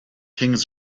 gingen